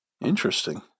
Interesting